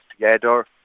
together